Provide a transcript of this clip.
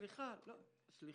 סליחה,